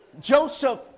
Joseph